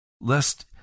lest